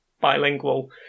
bilingual